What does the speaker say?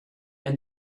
end